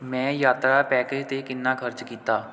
ਮੈਂ ਯਾਤਰਾ ਪੈਕੇਜ 'ਤੇ ਕਿੰਨਾ ਖਰਚ ਕੀਤਾ